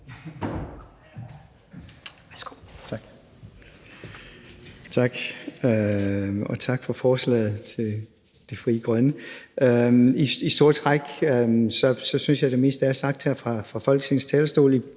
(KF): Tak, og tak for forslaget til Frie Grønne. I store træk synes jeg, det meste er sagt her fra Folketingets talerstol.